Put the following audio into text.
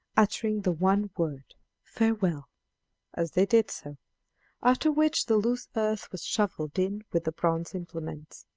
uttering the one word farewell as they did so after which the loose earth was shoveled in with the bronze implements.